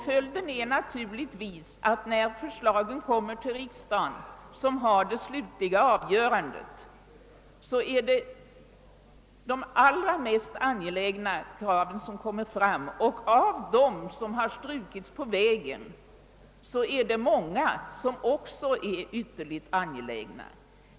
Följden är att när förslagen slutligen kommer till riksdagen, som skall träffa det slutliga avgörandet, så är det bara de allra mest angelägna kraven som kvarstår. Och av de förslag som strukits på väg till riksdagen är det många som är ytterligt angelägna.